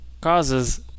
causes